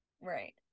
right